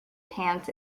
pants